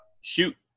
Shoot